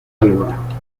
alba